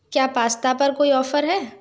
क्या पास्ता पर कोई ऑफर है